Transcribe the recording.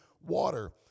water